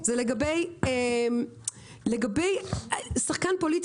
זה לגבי שחקן פוליטי,